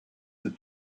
the